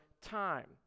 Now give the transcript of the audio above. time